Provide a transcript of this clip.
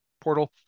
portal